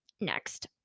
Next